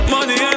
Money